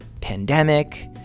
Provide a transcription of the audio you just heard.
pandemic